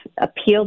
appealed